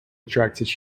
attracted